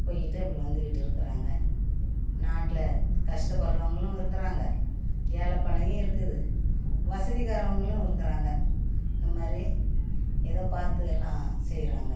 போயிக்கிட்டு அப்படி வந்துக்கிட்டு இருக்கிறாங்க நாட்டில் கஷ்டப்பட்றவங்களும் இருக்கிறாங்க ஏழை பாலையும் இருக்குது வசதிக்காரவங்களும் இருக்கிறாங்க இந்த மாதிரி ஏதோ பார்த்து எல்லாம் செய்கிறாங்க